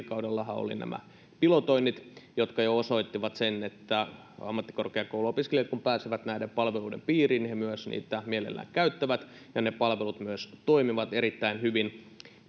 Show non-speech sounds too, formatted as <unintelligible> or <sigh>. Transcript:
<unintelligible> kaudellahan olivat nämä pilotoinnit jotka jo osoittivat sen että ammattikorkeakouluopiskelijat kun pääsevät näiden palveluiden piiriin myös niitä mielellään käyttävät ja että ne palvelut myös toimivat erittäin hyvin